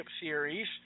Series